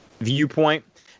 viewpoint